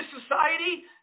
society